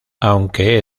aunque